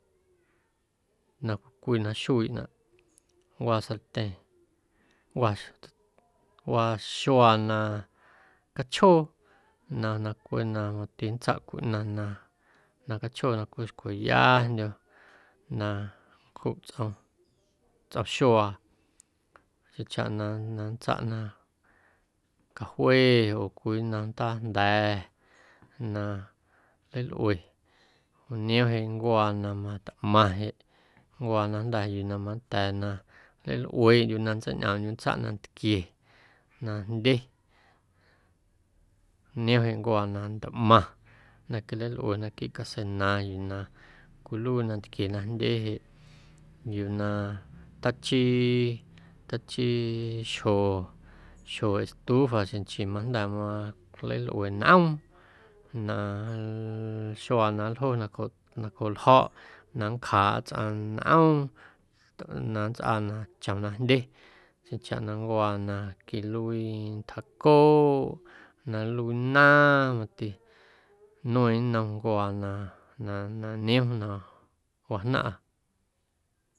Na cwii cwii na xuiiꞌnaꞌ waa sartyeⁿ waa xjots waa xuaa na cahjoo ꞌnaⁿ na cweꞌ mati nntsaꞌ cwii ꞌnaⁿ na cahcjoo na cweꞌ xcweyandyo̱ na nncjuꞌ tsꞌom, tsꞌom xuaa xjeⁿchaꞌna na na nntsaꞌ na cajue oo cwii nnom ndaajnda̱ na nleilꞌue oo niom jeꞌ ncuaa na mantꞌmaⁿ jeꞌ waa yuu na jnda̱ manda̱a̱ na nleilꞌueeꞌndyuꞌ na nntseiñꞌoomꞌndyuꞌ nntsaꞌ nantquie na jndye niom jeꞌ ncuaa na ntꞌmaⁿ na quilalꞌue naquiiꞌ caseina yuu na cwiluii nantquie na jndye jeꞌ yuu na tachii tachii xjo xjo estufa xeⁿ nchii majnda̱ ma nleilꞌue nꞌoom na xuaa na nljo nacjoꞌ nacjooꞌ ljo̱ꞌ na nncjaaꞌa tsꞌaⁿ nꞌoom na nntsꞌaa na chom na jndye xjeⁿchaꞌna ncuaa na quiluii ntjaaꞌcooꞌ na nluii naaⁿ mati nueeⁿ nnom ncuaa na na na niom na wajnaⁿꞌa.